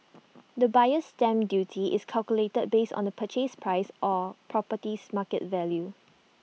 the buyer's stamp duty is calculated based on the purchase price or property's market value